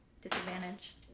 Disadvantage